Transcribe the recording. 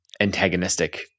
antagonistic